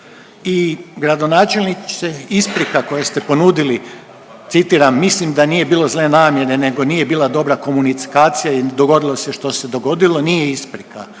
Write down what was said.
I gradonačelnik se isprika koju ste ponudili, citiram: „Mislim da nije bilo zle namjere“ nego nije bila dobra komunikacija i dogodilo se što se dogodilo nije isprika